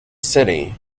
city